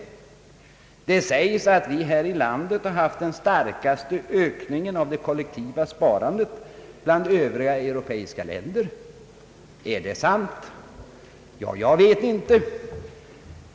Det sägs att vi här i landet har haft den starkaste ökningen av det kollektiva sparandet bland de europeiska länderna. Är det sant? Jag vet inte.